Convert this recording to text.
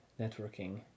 networking